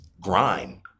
grind